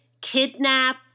kidnap